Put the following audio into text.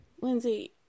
Lindsay